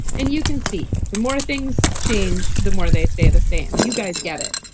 and you can see the more things change, the more they stay the same. you guys get it?